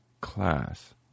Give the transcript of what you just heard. class